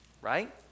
right